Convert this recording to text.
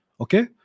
Okay